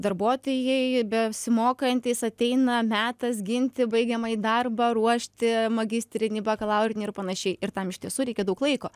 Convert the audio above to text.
darbuotojai besimokantys ateina metas ginti baigiamąjį darbą ruošti magistrinį bakalaurinį ir panašiai ir tam iš tiesų reikia daug laiko